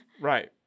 Right